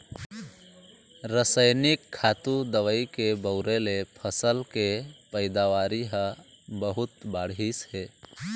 रसइनिक खातू, दवई के बउरे ले फसल के पइदावारी ह बहुत बाढ़िस हे